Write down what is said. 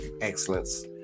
excellence